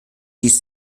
dies